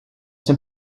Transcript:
dem